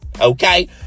Okay